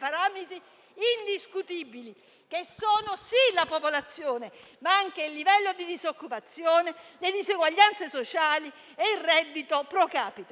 indiscutibili che sono, sì, la popolazione, ma anche il livello di disoccupazione, le diseguaglianze sociali e il reddito *pro capite*.